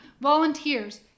volunteers